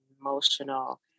emotional